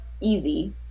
easy